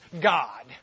God